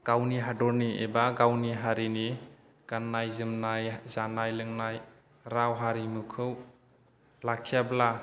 गावनि हादरनि एबा गावनि हारिनि गाननाय जोमनाय जानाय लोंनाय राव हारिमुखौ लाखियाब्ला